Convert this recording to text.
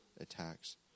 attacks